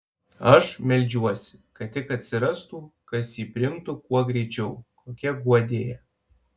aš meldžiuosi kad tik atsirastų kas jį priimtų kuo greičiau kokia guodėja